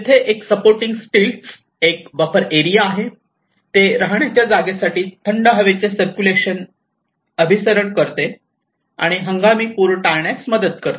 तेथे एक supporting stilts एक बफर एरिया आहे ते राहण्याच्या जागेसाठी थंड हवेचे सर्क्युलेशन अभिसरण करते आणि हंगामी पूर टाळण्यास मदत करते